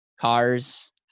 cars